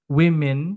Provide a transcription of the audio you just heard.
women